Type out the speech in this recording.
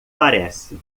parece